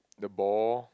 the ball